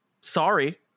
Sorry